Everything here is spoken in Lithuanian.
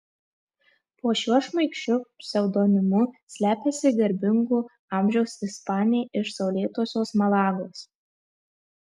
po šiuo šmaikščiu pseudonimu slepiasi garbingo amžiaus ispanė iš saulėtosios malagos